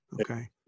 okay